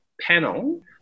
panel